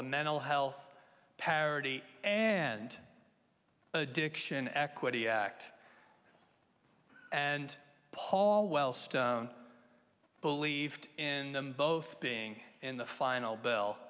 the mental health parity and addiction equity act and paul well stone believed in them both being in the final bell